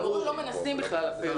המורים לא מנסים בכלל, אפילו.